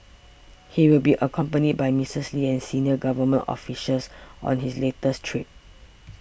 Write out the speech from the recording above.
he will be accompanied by Missus Lee and senior government officials on his latest trip